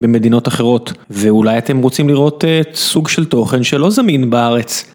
במדינות אחרות ואולי אתם רוצים לראות סוג של תוכן שלא זמין בארץ.